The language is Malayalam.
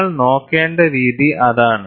നിങ്ങൾ നോക്കേണ്ട രീതി അതാണ്